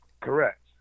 Correct